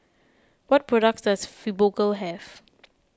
what products does Fibogel have